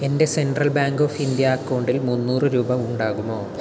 എൻ്റെ Central Bank of India അക്കൗണ്ടിൽ മൂന്നൂറ് രൂപ ഉണ്ടാകുമോ